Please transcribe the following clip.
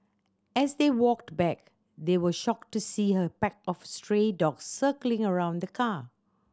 as they walked back they were shocked to see a pack of stray dog circling around the car